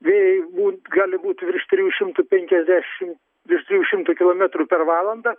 vėjai būt gali būt virš trijų šimtų penkiasdešim virš trijų šimtų kilometrų per valandą